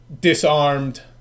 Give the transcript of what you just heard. disarmed